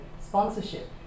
sponsorship